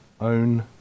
own